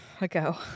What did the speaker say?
ago